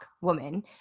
woman